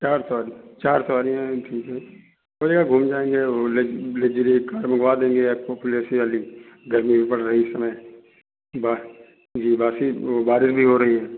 चार सवारी चार सवारियाँ हैं ठीक हैं बढ़िया घूम कर आएंगे वो लग लग्जरी एक कार मंगवा देंगे आपको फुल ए सी वाली गर्मी भी पड़ रही इस समय बा जी बासी बारिश भी हो रही है